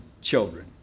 children